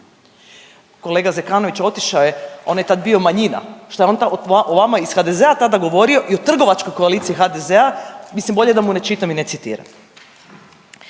Kolega Zekanović, otišao je, on je tad bio manjina. Šta je on o vama iz HDZ-a tada govorio i o trgovačkoj koaliciji HDZ-a, mislim bolje da mu ne čitam i ne citiram.